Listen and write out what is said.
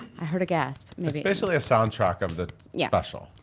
i heard a gasp. it's basically a soundtrack of the yeah special.